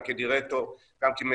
גם כדירקטור,